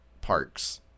parks